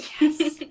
Yes